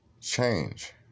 change